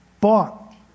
bought